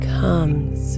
comes